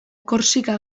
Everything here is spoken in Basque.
korsika